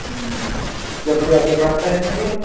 ఎప్పుడు ఎప్పుడొస్తారండి మీరు